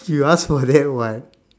you ask for that what